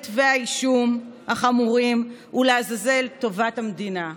לעזאזל כתבי האישום החמורים ולעזאזל טובת המדינה.